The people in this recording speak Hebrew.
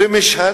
ממשהד.